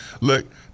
Look